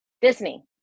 Disney